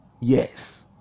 Yes